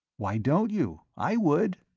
why don't you? i would.